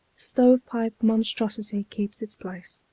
stove-pipe monstrosity keeps its place,